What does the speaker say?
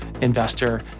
investor